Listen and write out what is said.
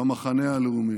במחנה הלאומי.